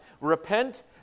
Repent